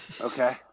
Okay